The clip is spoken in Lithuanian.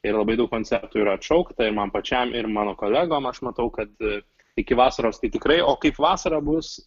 ir labai daug koncertų yra atšaukta ir man pačiam ir mano kolegom aš matau kad iki vasaros tai tikrai o kaip vasarą bus